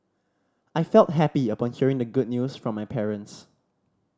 I felt happy upon hearing the good news from my parents